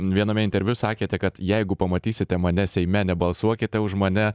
viename interviu sakėte kad jeigu pamatysite mane seime nebalsuokite už mane